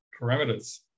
parameters